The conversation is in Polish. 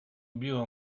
biło